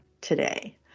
today